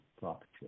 property